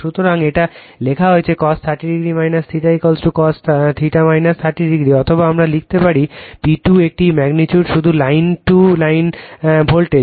সুতরাং এটি লেখা হয় cos 30o θ cos θ 30o অথবা আমরা লিখতে পারি P2 একটি ম্যাগনিটিউড শুধু লাইন টু লাইন ভোল্টেজ